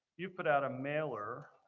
you put out a mailer,